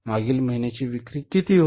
मागील महिन्याची विक्री किती आहे